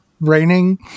raining